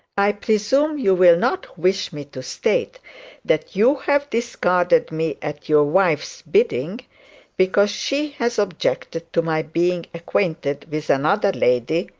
i presume you will not wish me to state that you have discarded me at your wife's bidding because she has objected to my being acquainted with another lady,